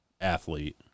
athlete